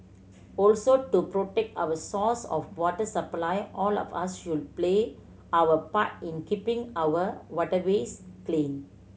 also to protect our source of water supply all of us should play our part in keeping our waterways clean